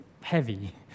heavy